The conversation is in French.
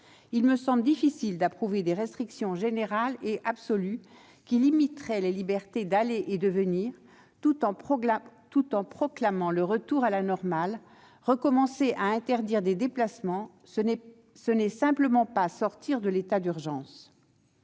Il me semble difficile d'approuver des restrictions générales et absolues qui limiteraient la liberté d'aller et de venir, tout en proclamant le retour à la normale. Recommencer à interdire des déplacements, ce n'est pas sortir de l'état d'urgence